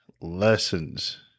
lessons